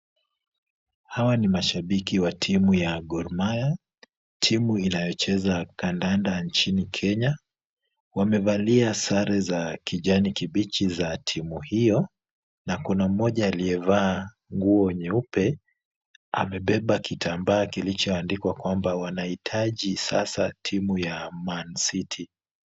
Hawa ni mashabiki wa timu ya Gor Mahia, timu inayocheza kandanda nchini kenya, wamevalia sare za kijani kibichi za timu hiyo na kuna mmoja aliyevaa nguo nyeupe amebeba kitambaa kilichoandikwa kwamba wanahitaji sasa timu ya Mancity.